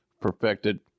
perfected